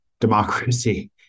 democracy